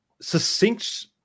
succinct